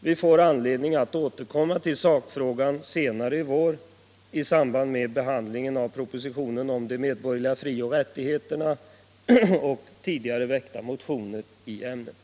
Vi får anledning att återkomma till sakfrågan senare i vår i samband med behandlingen av propositionen om de medborgerliga frioch rättigheterna och tidigare väckta motioner i ämnet.